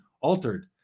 altered